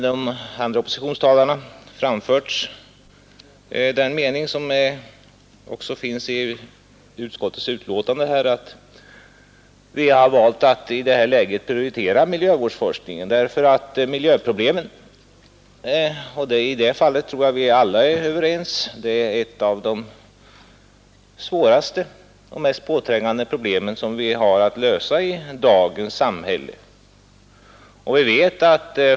De andra oppositionstalarna har redan framfört den mening som också finns redovisad i utskottets betänkande, nämligen att vi i rådande läge har valt att prioritera miljövårdsforskningen, eftersom miljövårdsproblemen — i det fallet tror jag att vi alla är överens — hör till de svåraste och mest påträngande problem som vi har att lösa i dagens samhälle.